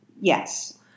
Yes